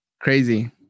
Crazy